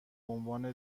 عنوان